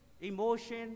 emotion